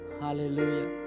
hallelujah